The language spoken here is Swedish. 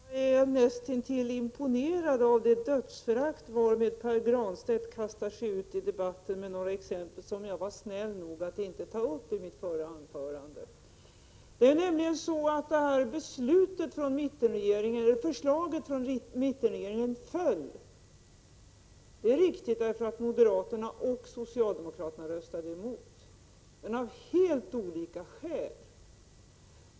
Herr talman! Jag är näst intill imponerad av det dödsförakt varmed Pär Granstedt kastar sig ut i debatten med några exempel som jag var snäll nog att inte ta upp i mitt förra anförande. Det är riktigt att förslaget från mittenregeringen föll därför att moderaterna och socialdemokraterna röstade emot, men det var av helt olika skäl.